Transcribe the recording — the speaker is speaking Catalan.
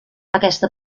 aquesta